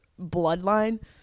bloodline